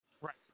Right